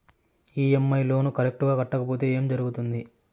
EMI loan correct గా కట్టకపోతే ఏం జరుగుతుంది